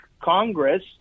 Congress